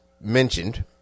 mentioned